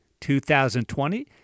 2020